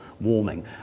warming